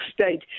state